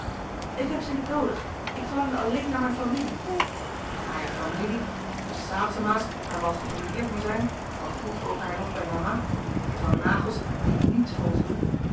ik heb ze niet noodig ik verlangde alleen naar mijn familie naar je familie de saetzema's waar we al gebrouilleerd meê zijn ook al groeten we elkaâr nog bij mama de van naghels die niets voor ons doen